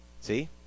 See